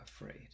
afraid